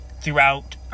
throughout